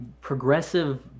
progressive